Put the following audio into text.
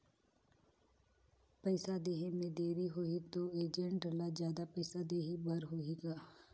पइसा देहे मे देरी होही तो एजेंट ला जादा पइसा देही बर होही का?